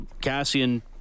Cassian